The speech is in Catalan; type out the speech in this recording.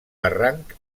barranc